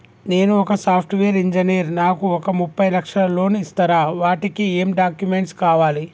నేను ఒక software engineer నాకు ఒక ముప్పై లక్షల లోన్ ఇస్తరా? వాటికి ఏం డాక్యుమెంట్స్ కావాలి?